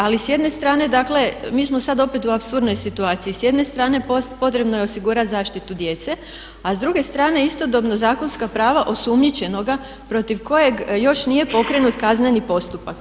Ali s jedne strane dakle mi smo sad opet u apsurdnoj situaciji, s jedne strane potrebno je osigurati zaštitu djece a s druge strane istodobno zakonska prava osumnjičenoga protiv kojeg još nije pokrenut kazneni postupak.